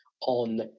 on